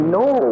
no